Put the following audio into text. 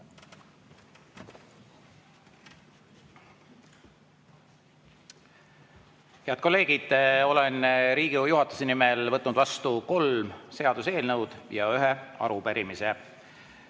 Head kolleegid! Olen Riigikogu juhatuse nimel võtnud vastu kolm seaduseelnõu ja ühe arupärimise. Nüüd